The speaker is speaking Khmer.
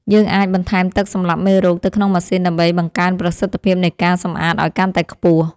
យើងអាចបន្ថែមទឹកសម្លាប់មេរោគទៅក្នុងម៉ាស៊ីនដើម្បីបង្កើនប្រសិទ្ធភាពនៃការសម្អាតឱ្យកាន់តែខ្ពស់។